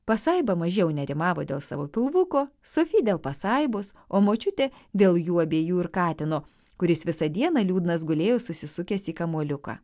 pasaiba mažiau nerimavo dėl savo pilvuko sofi dėl pasaibos o močiutė dėl jų abiejų ir katino kuris visą dieną liūdnas gulėjo susisukęs į kamuoliuką